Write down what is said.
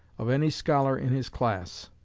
of any scholar in his class.